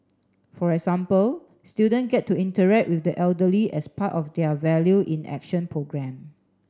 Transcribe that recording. for example students get to interact with the elderly as part of their value in Action programme